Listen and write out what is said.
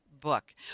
book